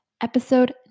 Episode